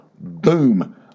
Boom